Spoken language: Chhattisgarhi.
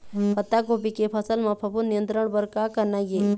पत्तागोभी के फसल म फफूंद नियंत्रण बर का करना ये?